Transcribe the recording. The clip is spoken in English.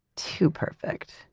too perfect.